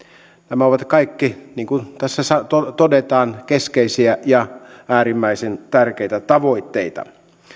nämä ovat kaikki niin kuin tässä todetaan keskeisiä ja äärimmäisen tärkeitä tavoitteita